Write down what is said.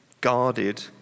guarded